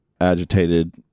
agitated